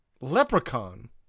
leprechaun